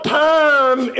time